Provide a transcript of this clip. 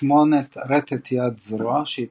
תסמונת רטט יד-זרוע, שהיא